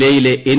ലേയിലെ N